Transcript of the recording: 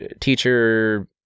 teacher